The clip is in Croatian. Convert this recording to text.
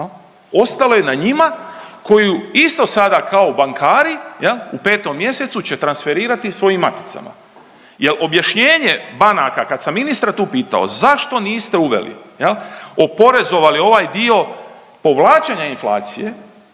ostalo je na njima koji isto sada kao bankari u petom mjesecu će transferirati svojim maticama. Jel objašnjenje banaka kad sam ministra tu pitao, zašto niste uveli oporezovali ovaj dio povlačenja inflacije